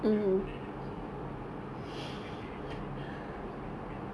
then after that like he he go behind the ally the change to the spiderman outfit